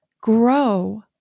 grow